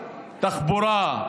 תחבורה,